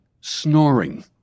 snoring